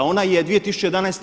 Ona je 2011.